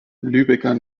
lübecker